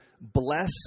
bless